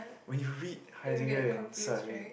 when you read Heidegger and Salz right